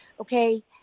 Okay